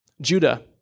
Judah